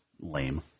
lame